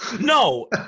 No